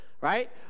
Right